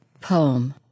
Poem